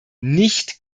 nicht